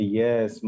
yes